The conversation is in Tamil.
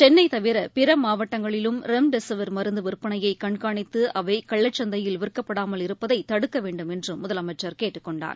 சென்னைதவிரபிறமாவட்டங்களிலும் ரெம்டெசிவிர் மருந்துவிற்பனையைகண்காணித்து அவைகள்ளச்சந்தையில் விற்கப்படாமல் இருப்பதைதடுக்கவேண்டும் என்றும் முதலமைச்சர் கேட்டுக்கொண்டார்